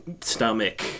stomach